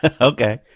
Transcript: Okay